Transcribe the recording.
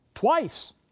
Twice